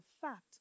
fact